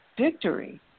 victory